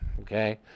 Okay